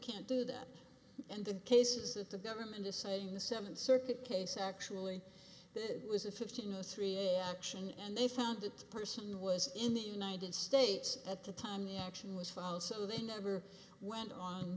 can't do that and the case is that the government is saying the seventh circuit case actually that it was a fifteen or three action and they found that person was in the united states at the time the action was filed so they never went on